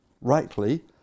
rightly